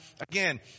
again